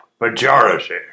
Majority